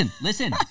listen